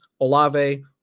Olave